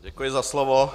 Děkuji za slovo.